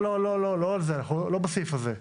אנחנו לא בסעיף הזה.